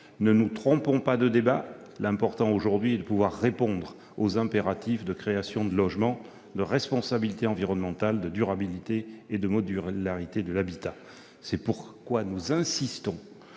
Ne nous trompons pas de débat : l'important aujourd'hui est de pouvoir répondre aux impératifs de création de logements, de responsabilité environnementale, de durabilité et de modularité de l'habitat. C'est pourquoi nous insistons